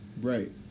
Right